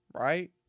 right